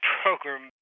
program